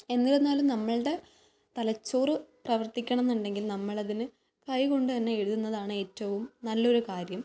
എന്നിരുന്നാലും നമ്മുടെ തലച്ചോറ് പ്രവർത്തിക്കണം എന്നുണ്ടെങ്കിൽ നമ്മളതിന് കൈ കൊണ്ട് തന്നെ എഴുതുന്നതാണ് ഏറ്റവും നല്ലൊരു കാര്യം